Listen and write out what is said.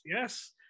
Yes